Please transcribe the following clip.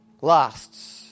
lasts